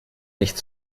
nicht